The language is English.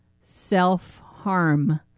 self-harm